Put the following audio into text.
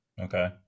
okay